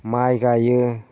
माइ गायो